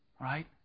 Right